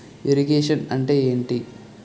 Irrigation అంటే ఏంటీ?